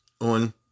on